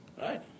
Right